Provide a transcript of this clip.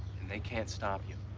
and they can't stop you.